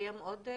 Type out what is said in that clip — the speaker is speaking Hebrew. לקיים עוד דיון?